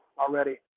already